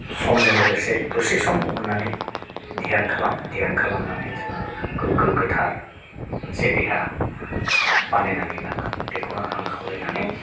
समजों लोगोसे दसे सम बहननानै ध्यान खालाम ध्यान खालामनानै जोङो गोग्गो गोथार मोनसे देहा बानायनानै ला बेखौनो आं खावलायनानै